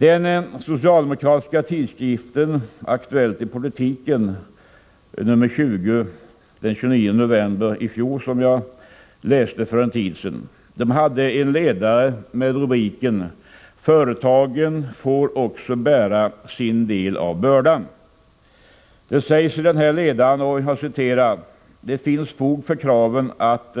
Den socialdemokratiska tidskriften Aktuellt i politiken nr 20 från den 29 november i fjol, som jag läste för en tid sedan, hade en ledare med rubriken ”Företagen får också bära sin del av bördan”. Det sägs i denna ledare att det ”finns fog för kraven att